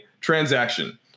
transaction